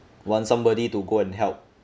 want somebody to go and help